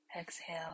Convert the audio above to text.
exhale